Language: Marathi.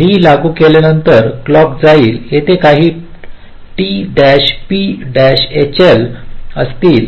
D लागू झाल्यानंतर क्लॉक जाईल येथे काही t p hl असतील